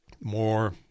more